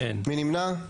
מי נמנע?